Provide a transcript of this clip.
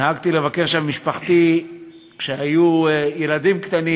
נהגתי לבקר שם עם משפחתי כשהיו ילדים קטנים,